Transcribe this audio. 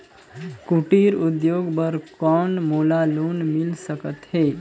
कुटीर उद्योग बर कौन मोला लोन मिल सकत हे?